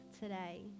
today